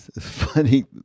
funny